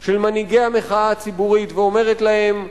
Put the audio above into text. של מנהיגי המחאה הציבורית ואומרת להם: